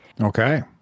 Okay